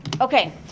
Okay